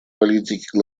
политики